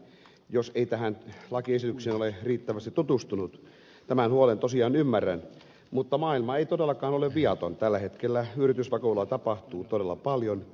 jos ei tähän lakiesitykseen ole riittävästi tutustunut tämän huolen tosiaan ymmärrän mutta maailma ei todellakaan ole viaton tällä hetkellä yritysvakoilua tapahtuu todella paljon